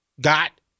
got